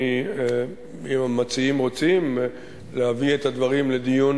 אם המציעים רוצים להביא את הדברים לדיון